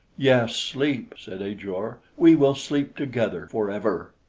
yes, sleep, said ajor. we will sleep together forever.